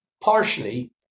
partially